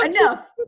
enough